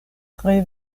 tre